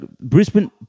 Brisbane